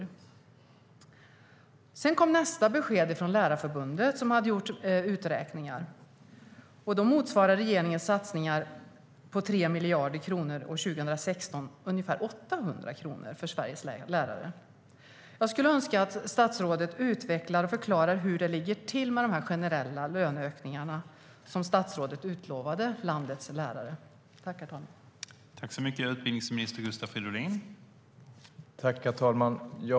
Jag skulle önska att statsrådet utvecklar och förklarar hur det ligger till med dessa generella löneökningar som statsrådet utlovade till landets lärare.